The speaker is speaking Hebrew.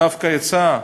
דווקא יצא?